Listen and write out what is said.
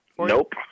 Nope